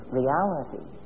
reality